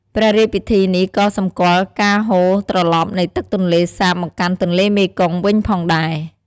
ព្រះរាជពិធីនេះក៏សម្គាល់ការហូរត្រឡប់នៃទឹកទន្លេសាបមកកាន់ទន្លេមេគង្គវិញផងដែរ។